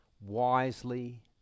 wisely